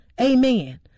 Amen